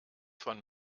von